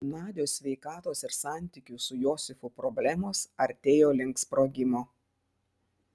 nadios sveikatos ir santykių su josifu problemos artėjo link sprogimo